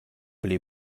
pli